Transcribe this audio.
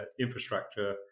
infrastructure